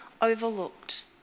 overlooked